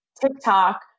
TikTok